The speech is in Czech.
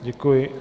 Děkuji.